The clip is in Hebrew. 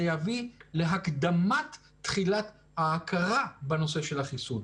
יביא להקדמת תחילת ההכרה בנושא של החיסון.